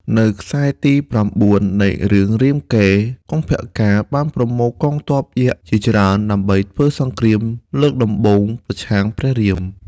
នៅខ្សែទី ៩ នៃរឿងរាមកេរ្តិ៍ កុម្ពការណ៍បានប្រមូលកងទ័ពយក្សជាច្រើន ដើម្បីធ្វើសង្គ្រាមលើកដំបូងប្រឆាំងព្រះរាម។